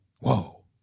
Whoa